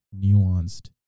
nuanced